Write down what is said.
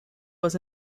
was